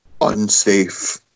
unsafe